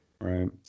Right